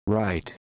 right